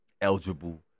eligible